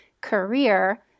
career